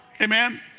Amen